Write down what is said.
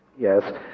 Yes